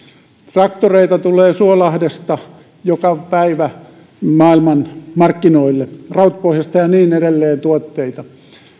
traktoreita tulee suolahdesta joka päivä maailmanmarkkinoille rautpohjasta tuotteita ja niin edelleen